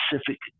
specific